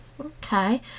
Okay